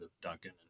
Duncan